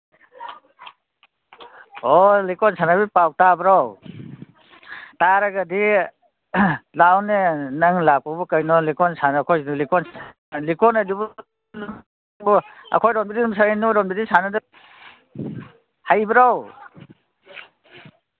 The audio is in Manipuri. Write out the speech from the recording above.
ꯑꯣ ꯂꯤꯀꯣꯟ ꯁꯥꯟꯅꯕꯒꯤ ꯄꯥꯎ ꯇꯥꯕ꯭ꯔꯣ ꯇꯥꯔꯒꯗꯤ ꯂꯥꯛꯎꯅꯦ ꯅꯪ ꯂꯥꯛꯄꯕꯨ ꯀꯩꯅꯣ ꯂꯤꯀꯣꯟ ꯁꯥꯟꯅ ꯑꯩꯈꯣꯏꯁꯨ ꯂꯤꯀꯣꯟ ꯂꯤꯀꯣꯟ ꯑꯗꯨꯕꯨ ꯑꯩꯈꯣꯏꯔꯣꯝꯗꯗꯤ ꯑꯗꯨꯝ ꯁꯥꯟꯅꯩ ꯅꯣꯏꯔꯣꯝꯗꯗꯤ ꯍꯩꯕ꯭ꯔꯣ